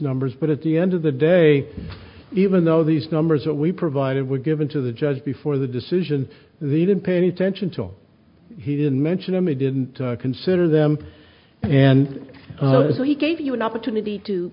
numbers but at the end of the day even though these numbers that we provided were given to the judge before the decision they didn't pay any attention to he didn't mention him and didn't consider them and so he gave you an opportunity to